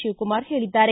ಶಿವಕುಮಾರ್ ಹೇಳಿದ್ದಾರೆ